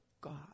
God